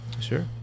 sure